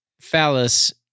phallus